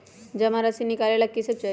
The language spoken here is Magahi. जमा राशि नकालेला कि सब चाहि?